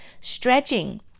Stretching